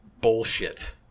bullshit